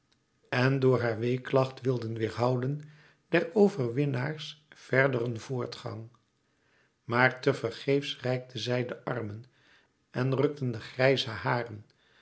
en door haar weeklacht wilden weêrhouden der overwinnaars verderen voortgang maar te vergeefs reikten zij de armen en rukten de grijze haren